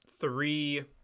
three